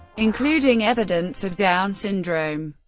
including evidence of down syndrome.